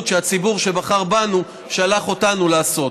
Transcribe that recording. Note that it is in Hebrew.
שהציבור שבחר בנו שלח אותנו לעשות.